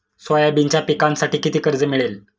सोयाबीनच्या पिकांसाठी किती कर्ज मिळेल?